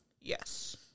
Yes